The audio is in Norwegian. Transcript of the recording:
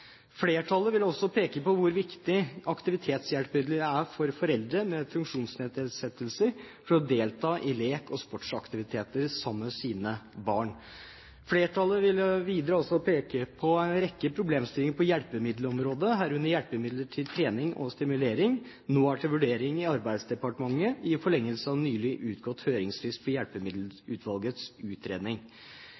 Flertallet vil også peke på hvor viktig aktivitetshjelpemidler er for foreldre med funksjonsnedsettelser for å delta i lek og sportsaktiviteter sammen med sine barn. Flertallet vil videre også peke på at en rekke problemstillinger på hjelpemiddelområdet, herunder hjelpemidler til trening og stimulering, nå er til vurdering i Arbeidsdepartementet, i forlengelsen av nylig utgått høringsfrist